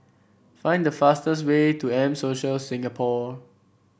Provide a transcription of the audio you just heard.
find the fastest way to M Social Singapore